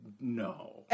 No